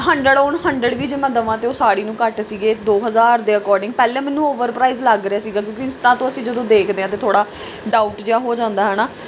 hundred on hundred ਵੀ ਜੇ ਮੈਂ ਦੇਵਾਂ ਤਾਂ ਉਹ ਸਾੜੀ ਨੂੰ ਘੱਟ ਸੀਗੇ ਦੋ ਹਜ਼ਾਰ ਦੇ ਅਕੋਰਡਿੰਗ ਪਹਿਲਾਂ ਮੈਨੂੰ ਓਵਰ ਪ੍ਰਾਈਜ਼ ਲੱਗ ਰਿਹਾ ਸੀਗਾ ਕਿਉਂਕਿ ਇੰਸਟਾ ਤੋਂ ਅਸੀਂ ਜਦੋਂ ਦੇਖਦੇ ਹਾਂ ਤਾਂ ਥੋੜ੍ਹਾ ਡਾਊਟ ਜਿਹਾ ਹੋ ਜਾਂਦਾ ਹੈ ਨਾ